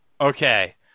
Okay